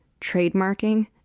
trademarking